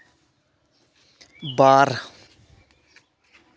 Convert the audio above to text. ᱵᱟᱨ